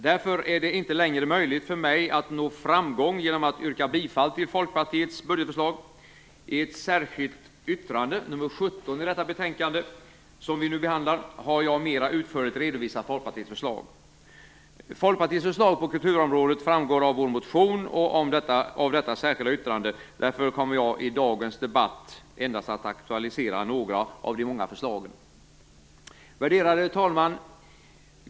Därför är det inte längre möjligt för mig att nå framgång genom att yrka bifall till Folkpartiets budgetförslag. I ett särskilt yttrande, nr 17 i det betänkande som vi nu behandlar, redovisar jag mera utförligt Folkpartiets förslag. Folkpartiets förslag på kulturområdet framgår av vår motion och av detta särskilda yttrande. Därför kommer jag i dagens debatt endast att aktualisera några av de många förslagen. Värderade talman!